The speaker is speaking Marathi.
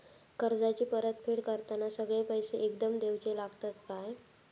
कर्जाची परत फेड करताना सगळे पैसे एकदम देवचे लागतत काय?